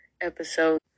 episode